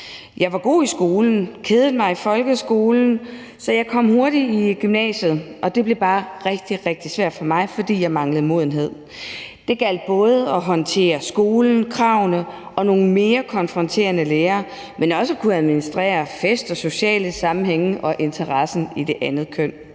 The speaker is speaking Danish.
Jeg var god i skolen, kedede mig i folkeskolen, så jeg kom hurtigt i gymnasiet, og det blev bare rigtig, rigtig svært for mig, fordi jeg manglede modenhed. Det gjaldt både i forhold til at håndtere skolen, kravene og nogle mere konfronterende lærere, men også i forhold til at kunne administrere fest, sociale sammenhænge og interessen i det andet køn.